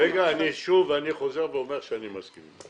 אני חוזר ואומר שאני מסכים איתך